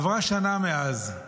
עברה שנה מאז.